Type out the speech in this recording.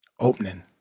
opening